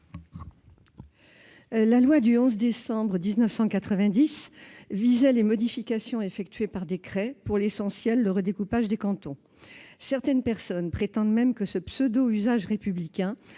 La loi du 11 décembre 1990 visait les modifications effectuées par décret, à savoir, pour l'essentiel, le redécoupage des cantons. Certaines personnes prétendent même que ce pseudo-usage républicain